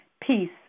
Peace